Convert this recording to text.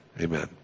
Amen